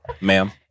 ma'am